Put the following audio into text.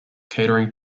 catering